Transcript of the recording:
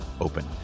open